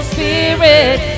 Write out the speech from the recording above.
Spirit